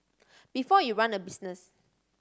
before you run a business